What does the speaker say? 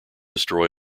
destroy